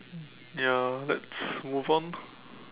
ya let's move on